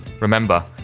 Remember